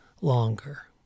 longer